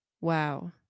wow